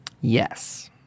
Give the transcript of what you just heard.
Yes